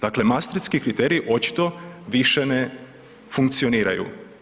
Dakle maastrichtski kriteriji očito više ne funkcioniraju.